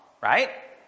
right